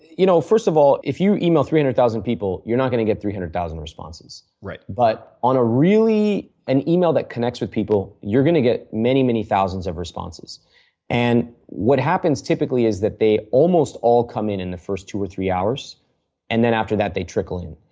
you know first of all, if you email three hundred thousand people you are not going to get three hundred thousand responses, but on a really an email that connects with people, you are going to get many, many thousands of responses and what happens typically is that they almost all come in in the first two or three hours and then after that they trickle in.